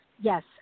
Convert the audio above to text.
Yes